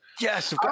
Yes